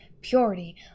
purity